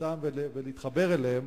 תחתן ולהתחבר אליהן,